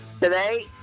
Today